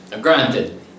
granted